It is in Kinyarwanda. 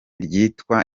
ryitwa